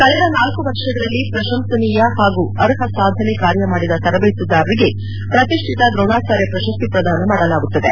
ಕಳೆದ ನಾಲ್ಕು ವರ್ಷಗಳಲ್ಲಿ ಪ್ರಶಂಸನೀಯ ಹಾಗೂ ಅರ್ಹ ಸಾಧನೆ ಕಾರ್ಯ ಮಾಡಿದ ತರಬೇತುದಾರರಿಗೆ ಪ್ರತಿಷ್ಠಿತ ದ್ರೋಣಾಚಾರ್ಯ ಪ್ರಶಸ್ತಿ ಪ್ರದಾನ ಮಾಡಲಾಗುತ್ತದೆ